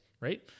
right